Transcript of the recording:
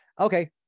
okay